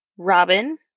Robin